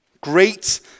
Great